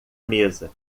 mesa